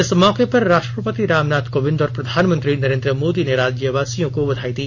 इस मौके पर राष्ट्रपति रामनाथ कोविंद और प्रधानमंत्री नरेन्द्र मोदी ने राज्यवासियों को बधाई दी